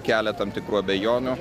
kelia tam tikrų abejonių